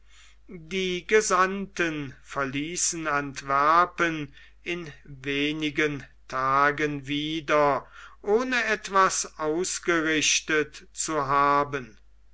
die gesandten verließen antwerpen in wenigen tagen wieder ohne etwas ausgerichtet zu haben